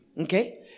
Okay